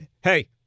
hey